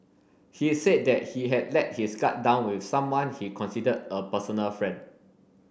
he said that he had let his guard down with someone he considered a personal friend